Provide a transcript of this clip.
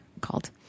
called